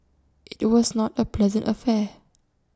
IT was not A pleasant affair